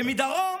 ומדרום